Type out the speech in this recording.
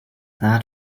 that